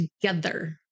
together